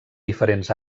diferents